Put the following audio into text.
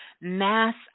mass